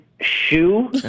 shoe